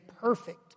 perfect